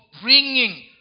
bringing